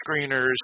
screeners